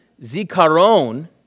zikaron